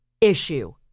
issue